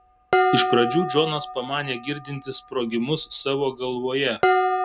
iš pradžių džonas pamanė girdintis sprogimus savo galvoje